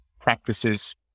practices